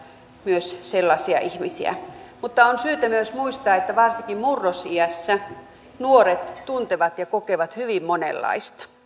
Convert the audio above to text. myös sellaisia ihmisiä mutta on syytä myös muistaa että varsinkin murrosiässä nuoret tuntevat ja kokevat hyvin monenlaista